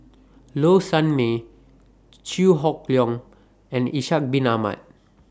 Low Sanmay Chew Hock Leong and Ishak Bin Ahmad